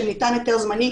שניתן היתר זמני,